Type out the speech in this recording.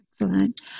Excellent